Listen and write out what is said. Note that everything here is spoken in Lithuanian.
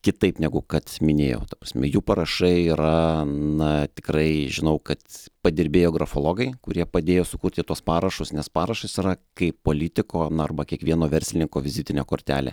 kitaip negu kad minėjau ta prasme jų parašai yra na tikrai žinau kad padirbėjo grafologai kurie padėjo sukurti tuos parašus nes parašas yra kaip politiko na arba kiekvieno verslininko vizitinė kortelė